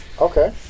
Okay